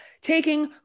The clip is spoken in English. taking